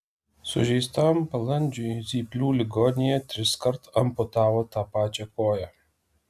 sužeistam balandžiui zyplių ligoninėje triskart amputavo tą pačią koją